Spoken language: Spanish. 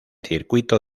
circuito